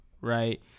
right